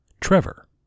Trevor